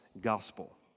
gospel